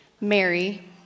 Mary